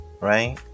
right